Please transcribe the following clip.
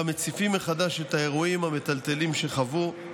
שבה מציפים מחדש את האירועים המטלטלים שחוו,